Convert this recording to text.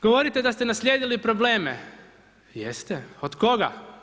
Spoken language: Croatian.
Govorite da ste naslijedili probleme, jeste, od koga?